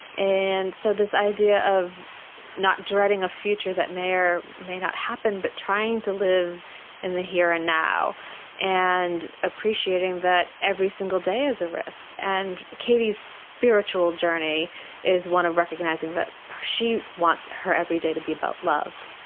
and so this idea of not dreading a future that may or may not happen but trying to live in the here and now and appreciating that every single day is a risk. and katie's spiritual journey is one of recognising that she wants her every day to be about love,